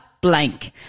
blank